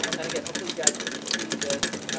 and again, hopefully you guys can see this